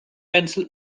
pencil